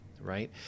right